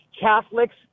Catholics